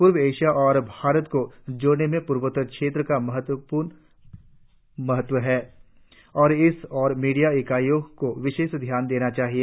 प्रर्व Asia और भारत को जोड़ने में पूर्वोत्तर क्षेत्र का बहुत महत्व है और इस ओर मीडिया इकाइयों को विशेष ध्यान देना चाहिए